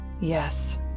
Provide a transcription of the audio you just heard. Yes